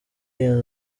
iyo